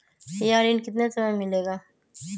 यह ऋण कितने समय मे मिलेगा?